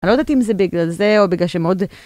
אני לא יודעת אם זה בגלל זה, או בגלל שהם עוד...